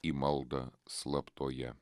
į maldą slaptoje